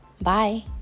Bye